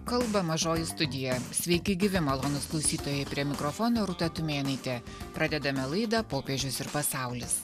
kalba mažoji studija sveiki gyvi malonūs klausytojai prie mikrofono rūta tumėnaitė pradedame laidą popiežius ir pasaulis